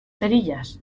cerillas